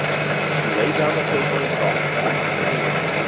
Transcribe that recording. she laid down the paper and thought bailey